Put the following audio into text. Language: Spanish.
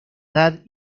edad